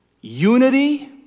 unity